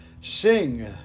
Sing